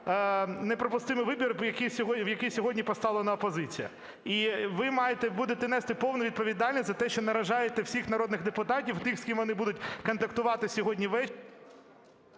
неприпустимий вибір, який сьогодні поставлена опозиція. І ви будете нести повну відповідальність за те, що наражаєте всіх народних депутатів, тих, з ким вони будуть контактувати сьогодні…